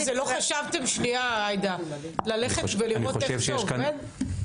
ולא חשבתם שנייה ללכת ולראות איך זה עובד?